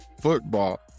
Football